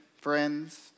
friends